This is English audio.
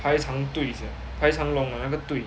排长队 sia 排长龙 ah 那个队